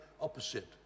opposite